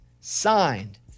Signed